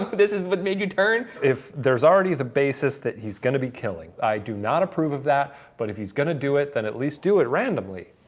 um but this is what made you turn? if there's already the basis that he's gonna be killing, i do not approve of that, but if he's gonna do it, then at least do it randomly.